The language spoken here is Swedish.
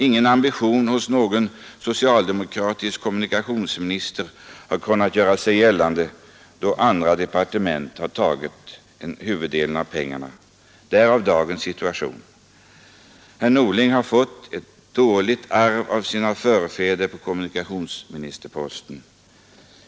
Ingen ambition hos någon socialdemokratisk kommunikationsminister har kunnat göra sig gällande då andra departement har tagit huvuddelen av pengarna. Därav dagens situation. Herr Norling har fått ett dåligt arv av sina företrädare på kommunikationsministerposten.